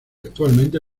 actualmente